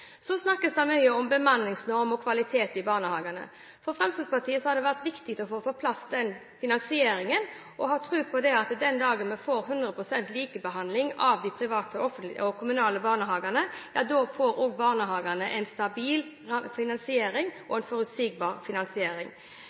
Så snakkes det mye om bemanningsnorm og kvalitet i barnehagene. For Fremskrittspartiet har det vært viktig å få på plass finansieringen og ha tro på at den dagen vi får 100 pst. likebehandling av de private og kommunale barnehagene, får også barnehagene en stabil og forutsigbar finansiering.